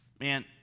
Man